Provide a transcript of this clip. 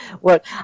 work